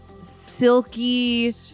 silky